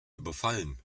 überfallen